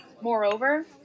Moreover